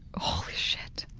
holy shit.